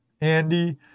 Andy